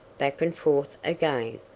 back and forth again,